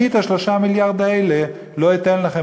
אני את 3 המיליארד האלה לא אתן לכם,